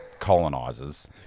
colonizers